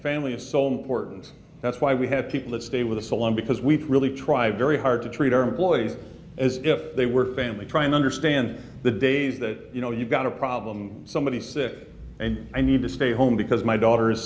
family of soul port and that's why we have people that stay with us so long because we really try very hard to treat our employees as if they were family try and understand the days that you know you've got a problem somebody's sick and i need to stay home because my daughter is